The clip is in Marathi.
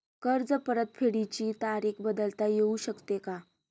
कर्ज परतफेडीची तारीख बदलता येऊ शकते का?